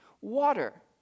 Water